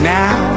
now